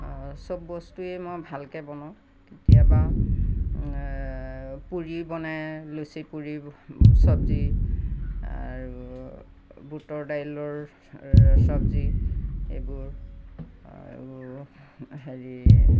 চব বস্তুৱে মই ভালকৈ বনাওঁ কেতিয়াবা পুৰি বনাই লুচি পুৰি চবজি আৰু বুটৰ দাইলৰ চবজি এইবোৰ আৰু হেৰি